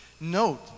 note